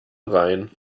rein